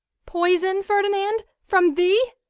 poison, ferdinand! from thee!